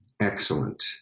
Excellent